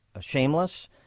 shameless